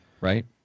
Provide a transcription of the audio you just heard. Right